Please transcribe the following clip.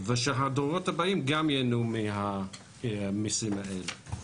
ושהדורות הבאים גם ייהנו מהמיסים האלה.